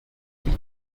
avec